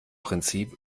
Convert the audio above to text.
prinzip